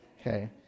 okay